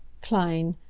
kleine,